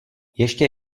ještě